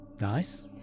Nice